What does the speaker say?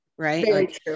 Right